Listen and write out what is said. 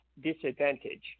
disadvantage